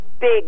big